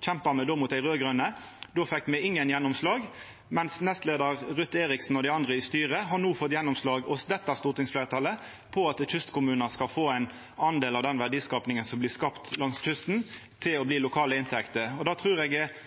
kjempa me mot dei raud-grøne. Då fekk me ingen gjennomslag, men nestleiaren, Ruth Eriksen, og dei andre i styret, har no fått gjennomslag hos dette stortingsfleirtalet for at kystkommunar skal få ein del av den verdiskapinga som blir skapt langs kysten, til å bli lokale inntekter. Det trur eg er